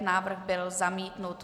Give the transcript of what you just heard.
Návrh byl zamítnut.